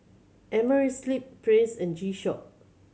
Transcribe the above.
Amerisleep Praise and G Shock